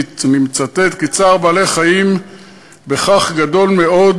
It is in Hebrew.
ואני מצטט: "צער בעלי-חיים בכך גדול מאוד,